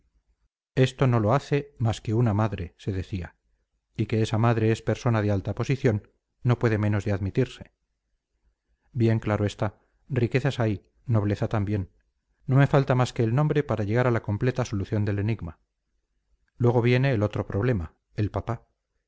esto no lo hace más que una madre se decía y que esa madre es persona de alta posición no puede menos de admitirse bien claro está riquezas hay nobleza también no me falta más que el nombre para llegar a la completa solución del enigma luego viene el otro problema el papá